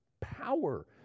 power